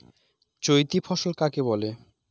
চৈতি ফসল কাকে বলে?